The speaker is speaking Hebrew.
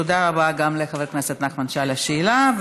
תודה רבה גם לחבר הכנסת נחמן שי על השאלה.